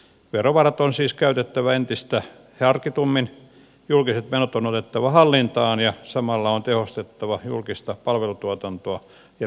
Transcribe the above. verovarat on siis käytettävä entistä harkitummin julkiset menot on otettava hallintaan ja samalla on tehostettava julkista palvelutuotantoa ja pidennettävä työuria